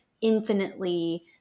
infinitely